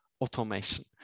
automation